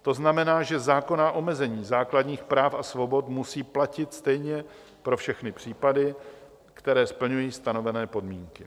To znamená, že zákonná omezení základních práv a svobod musí platit stejně pro všechny případy, které splňují stanovené podmínky.